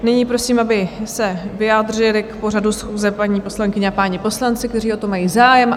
Nyní prosím, aby se vyjádřili k pořadu schůze paní poslankyně a páni poslanci, kteří o to mají zájem.